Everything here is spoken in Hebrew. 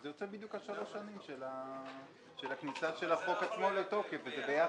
זה יוצא בדיוק שלוש השנים של הכניסה של החוק עצמו לתוקף וזה ביחד.